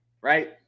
right